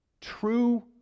true